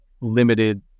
limited